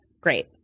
Great